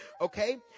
Okay